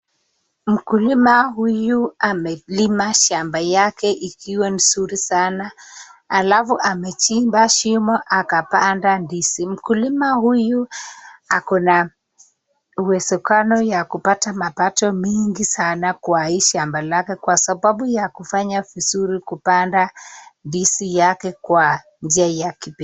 Mkulima huyu amelima shamba yake ikuwe mzuri sana halafu amechimba shimo akapanda ndizi. Mkulima huyu ako na uwezekano ya kupata mapato mingi sana kwa hii shamba lake kwa sababu ya kufanya vizuri kupanda ndizi yake kwa njia ya kipekee.